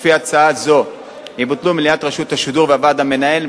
לפי הצעה זו יבוטלו מליאת רשות השידור והוועד המנהל,